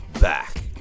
back